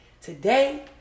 today